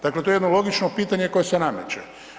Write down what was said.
Dakle, to je jedno logično pitanje koje se nameće.